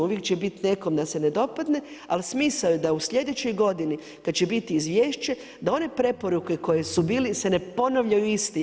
Uvijek će biti nekom da se ne dopadne, ali smisao je da u sljedećoj godini kada će biti izvješće da one preporuke su bile da se ne ponavljaju isti.